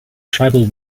tribal